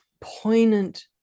poignant